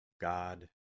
God